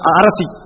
arasi